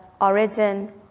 origin